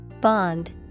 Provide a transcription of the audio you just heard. Bond